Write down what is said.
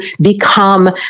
become